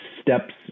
steps